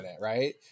right